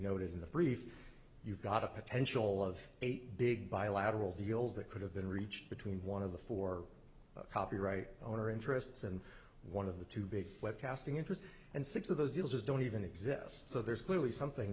noted in the brief you've got a potential of eight big bilateral deals that could have been reached between one of the four copyright owner interests and one of the two big webcasting interests and six of those deals just don't even exist so there's clearly something